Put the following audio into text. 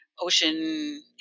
ocean